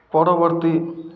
ପରବର୍ତ୍ତୀ